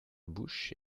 bouche